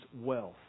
wealth